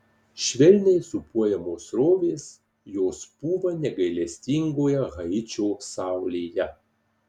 švelniai sūpuojamos srovės jos pūva negailestingoje haičio saulėje